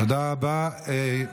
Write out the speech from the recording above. תודה רבה.